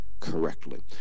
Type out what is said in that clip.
Correctly